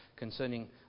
concerning